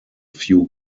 few